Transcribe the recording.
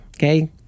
Okay